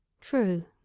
True